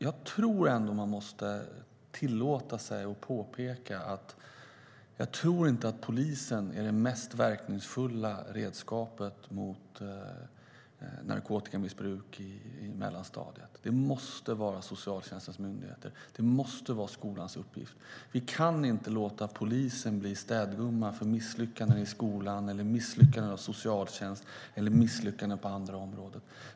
Jag tror ändå att man måste tillåta sig att påpeka att polisen nog inte är det mest verkningsfulla redskapet mot narkotikamissbruk i mellanstadiet. Det måste vara socialtjänstens myndigheters och skolans uppgift. Vi kan inte låta polisen bli städgumma för misslyckande i skolan, misslyckanden av socialtjänst eller misslyckanden på andra områden.